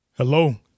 Hello